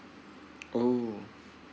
oh